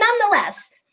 nonetheless